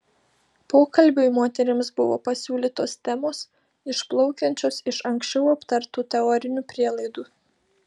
pokalbiui moterims buvo pasiūlytos temos išplaukiančios iš anksčiau aptartų teorinių prielaidų